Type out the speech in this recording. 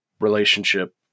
relationship